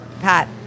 Pat